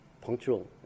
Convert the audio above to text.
punctual